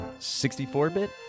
64-bit